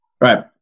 right